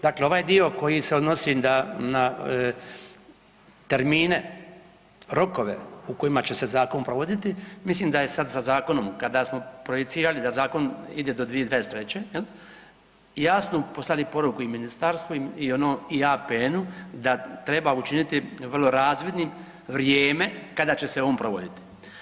Dakle ovaj dio koji se odnosi na termine, rokove u kojima će se zakon provoditi, mislim da je sad sa zakonom, kada smo projicirali da zakon ide do 2023. jel', jasnu poslali poruku i ministarstvu i APN-u da treba učiniti vrlo razvidnim vrijeme kada će se on provoditi.